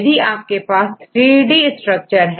यदि आपके पास 3D स्ट्रक्चर है